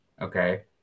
okay